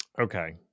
Okay